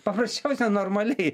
paprasčiausia normaliai